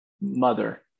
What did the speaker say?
mother